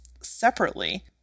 separately